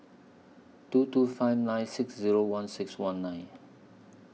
two two five nine six Zero one six one nine